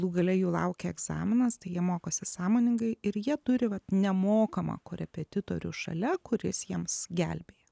galų gale jų laukia egzaminas tai jie mokosi sąmoningai ir jie turi vat nemokamą korepetitorių šalia kuris jiems gelbėja